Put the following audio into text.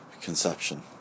conception